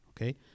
Okay